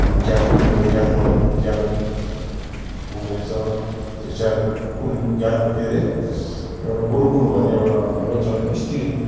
ज्ञानपीठहरू ज्ञान मन ज्ञान को मन्दिर छ शिक्षा कुल ज्ञान के हरे एउटा गुरुकुल भन्ने एउटा ऊ पनि छ स्त्री